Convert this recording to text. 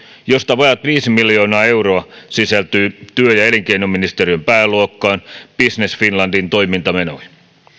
josta vajaat viisi miljoonaa euroa sisältyy työ ja elinkeinoministeriön pääluokkaan business finlandin toimintamenoihin